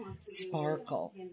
sparkle